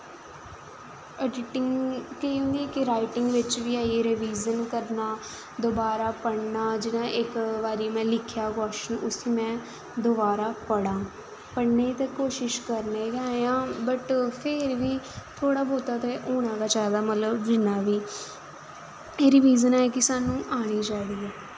editing च आई जंदा रविज़न करना द्वारा पढ़ना जि'यां इक बारी लिखेआ कवाशन उस्सी में द्वारा पढ़ां पढ़ने दी ते कोशश करने गै आं बट फिर बी थोह्ड़ी बौह्ता ते होना गै चाहिदा एह् रविज़न ऐ कि सानूं औंनी चाहिदी ऐ